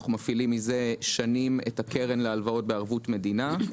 אנו מפעילים מזה שנים את הקרן להלוואות בערבות מדינה.